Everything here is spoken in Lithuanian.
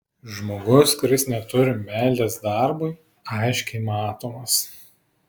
žmogus kuris neturi meilės darbui aiškiai matomas